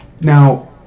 now